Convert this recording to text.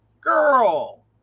girl